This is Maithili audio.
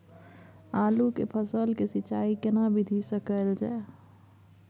आलू के फसल के सिंचाई केना विधी स कैल जाए?